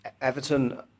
Everton